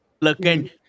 Looking